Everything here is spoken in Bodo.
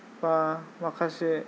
बा माखासे